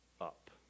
up